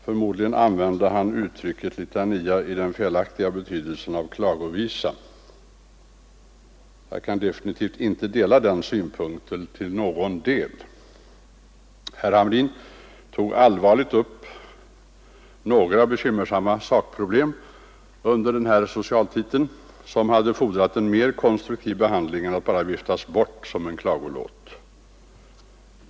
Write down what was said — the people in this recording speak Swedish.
Förmodligen använde han uttrycket litania i den felaktiga betydelsen av klagovisa. Jag kan definitivt inte dela den synpunkten på något sätt. Herr Hamrin tog allvarligt upp några bekymmersamma sakproblem under socialhuvudtiteln, vilka hade fordrat en mer konstruktiv behandling av herr Karlsson än att bara viftas bort som en klagolåt.